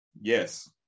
yes